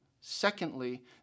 Secondly